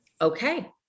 Okay